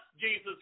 Jesus